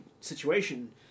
situation